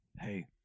hey